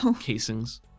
casings